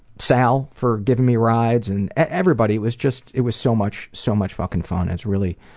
sal, for giving me rights. and everybody was just it was so much, so much fucking fun. it's really,